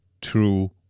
true